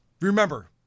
Remember